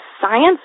science